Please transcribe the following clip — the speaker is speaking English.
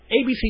ABC